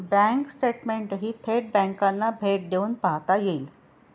bank स्टेटमेंटही थेट बँकांना भेट देऊन पाहता येईल